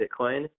Bitcoin